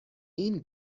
این